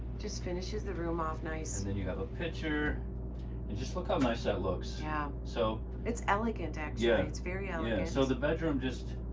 just finishes the room off nice and then you have a picture and just look how nice that looks. yeah, so it's elegant actually, ah it's very elegant. um yeah, so the bedroom just,